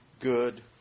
good